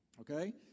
Okay